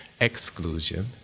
exclusion